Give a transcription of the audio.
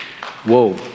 Whoa